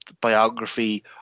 biography